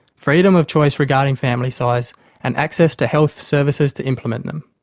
freedom of choice regarding family size and access to health services to implement them.